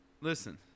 Listen